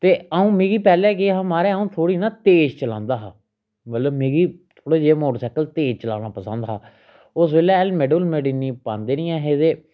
ते आ'ऊं मिगी पैह्ले केह् हा महाराज आ'ऊं थोह्ड़ी ना तेज चलांदा हा मतलब मिकी थोह्ड़ा जेहा मोटरसाइकल तेज चलाना पंसद हा उस बेल्लै हैलमैट हुलमैट इ'न्नी पांदे नी ऐ हे ते